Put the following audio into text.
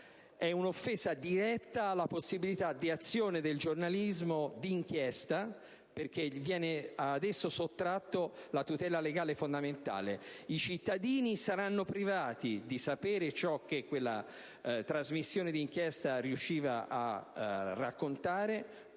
È un'offesa diretta alla possibilità di azione del giornalismo di inchiesta, perché viene ad esso sottratta la tutela legale fondamentale. I cittadini pertanto saranno privati della possibilità di sapere ciò che quella trasmissione di inchiesta riusciva a raccontare,